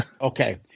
Okay